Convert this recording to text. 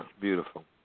Beautiful